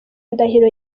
ndahiro